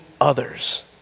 others